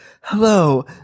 Hello